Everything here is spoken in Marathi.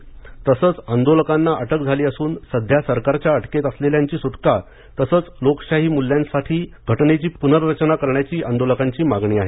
अनेक आंदोलकांना अटक झाली असून सध्या सरकारच्या अटकेत असलेल्यांची सुटका तसंच लोकशाही मूल्यांसाठी घटनेची पुनर्रचना करण्याची आंदोलकांची मागणी आहे